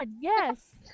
yes